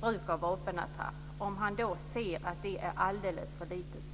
bruk av vapenattrapp och då sett att straffen är alldeles för låga.